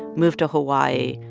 move to hawaii,